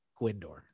Gwyndor